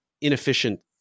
inefficient